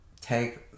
take